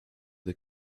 the